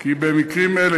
כי במקרים אלה,